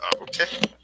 Okay